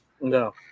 No